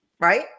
right